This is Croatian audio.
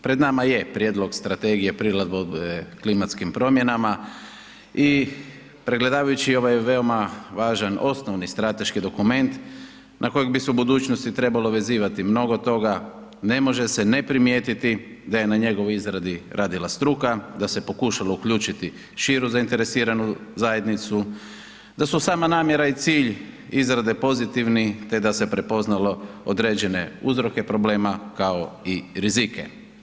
Pred nama je Prijedlog Strategije prilagodbe klimatskim promjenama i pregledavajući ovaj veoma važan osnovni strateški dokument na kojeg bi se u budućnosti trebalo vezivati mnogo toga, ne može se ne primijetiti da je na njegovoj izradi radila struka, da se pokušalo uključiti širu zainteresiranu zajednicu, da su sama namjera i cilj izrade pozitivni te da se prepoznalo određene uzroke problema, kao i rizike.